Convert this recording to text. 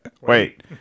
Wait